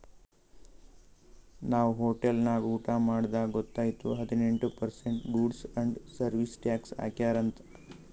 ನಾವ್ ಹೋಟೆಲ್ ನಾಗ್ ಊಟಾ ಮಾಡ್ದಾಗ್ ಗೊತೈಯ್ತು ಹದಿನೆಂಟ್ percent goods and service tax ಹಾಕ್ಯಾರ್ ಅಂತ್